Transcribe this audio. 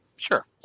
Sure